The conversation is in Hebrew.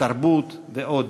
התרבות ועוד.